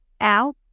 out